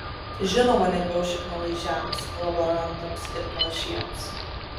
žinoma lengviau šiknalaižiams kolaborantams ir panašiems